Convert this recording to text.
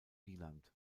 wieland